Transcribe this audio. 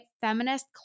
feminist